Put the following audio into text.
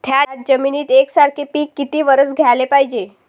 थ्याच जमिनीत यकसारखे पिकं किती वरसं घ्याले पायजे?